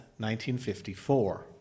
1954